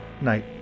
Night